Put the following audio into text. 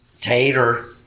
Tater